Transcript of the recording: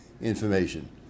information